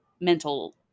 mental –